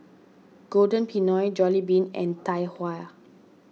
Golden Peony Jollibean and Tai Hua